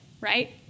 right